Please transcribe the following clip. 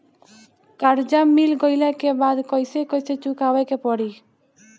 कर्जा मिल गईला के बाद कैसे कैसे चुकावे के पड़ी?